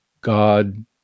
God